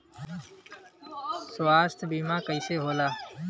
स्वास्थ्य बीमा कईसे होला?